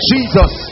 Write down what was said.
Jesus